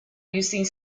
using